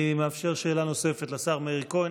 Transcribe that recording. אני מאפשר שאלה נוספת לשר מאיר כהן.